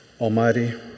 Almighty